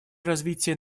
развития